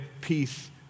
peace